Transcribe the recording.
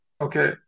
okay